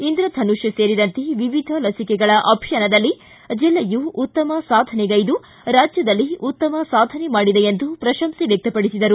ಇಂದ್ರಧನುಷ್ ಸೇರಿದಂತೆ ವಿವಿಧ ಲಸಿಕೆಗಳ ಅಭಿಯಾನದಲ್ಲಿ ಜಿಲ್ಲೆಯು ಉತ್ತಮ ಸಾಧನೆಗೈದು ರಾಜ್ಯದಲ್ಲಿ ಉತ್ತಮ ಸಾಧನೆ ಮಾಡಿದೆ ಎಂದು ಪ್ರಶಂಸೆ ವ್ಯಕ್ತಪಡಿಸಿದರು